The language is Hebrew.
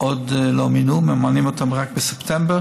עוד לא מינו, ממנים אותה רק בספטמבר,